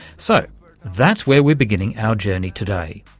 so that's where we're beginning our journey today.